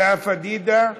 לאה פדידה,